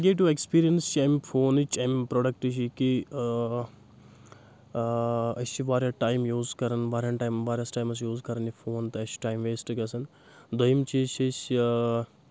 negative experience چھِ اَمہِ فونٕچ امہِ پروڈَکٹٕچ یہِ کہِ أسۍ چھِ واریاہ ٹایم یوٗز کَرَان واریاہَن ٹایم واریاہَس ٹایمَس یوٗز یہِ فون تہٕ اَسہِ چھِ ٹایم ویسٹہٕ گژھان دویِم چیٖز چھِ أسۍ یہِ